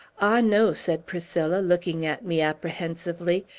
ah, no, said priscilla, looking at me apprehensively.